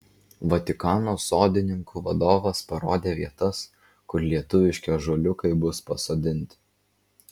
vatikano sodininkų vadovas parodė vietas kur lietuviški ąžuoliukai bus pasodinti